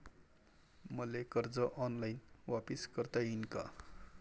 मले कर्ज ऑनलाईन वापिस करता येईन का?